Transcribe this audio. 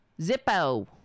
Zippo